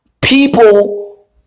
people